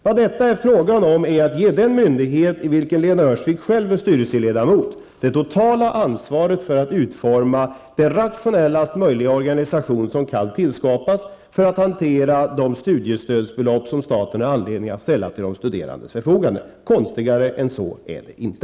Vad detta är frågan om är att ge den myndighet i vilken Lena Öhrsvik själv är styrelseledamot det totala ansvaret för att utforma den rationellaste möjliga organisation som kan tillskapas för att hantera de studiestödsbelopp som staten har anledning att ställa till de studerandes förfogande. Konstigare än så är det inte.